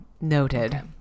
noted